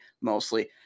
mostly